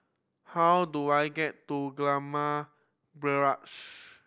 how do I get to Gillman Barracks